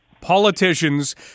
politicians